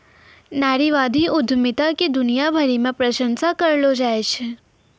नारीवादी उद्यमिता के दुनिया भरी मे प्रशंसा करलो जाय छै